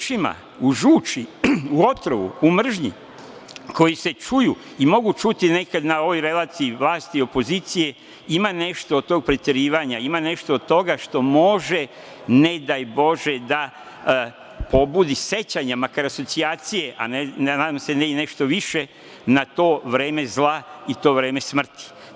U rečima, u žuči, u otrovu, u mržnji koji se čuju i mogu čuti na ovoj relaciji vlasti i opozicije ima nešto od tog preterivanja, ima nešto od toga što može, ne daj Bože, da pobudi sećanja, makar asocijacije, a nadam se ne i nešto više, na to vreme zla i to vreme smrti.